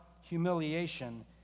humiliation